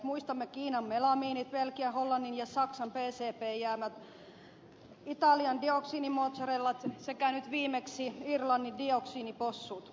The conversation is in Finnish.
muistamme kiinan melamiinit belgian hollannin ja saksan pcb jäämät italian dioksiinimozzarellat sekä nyt viimeksi irlannin dioksiinipossut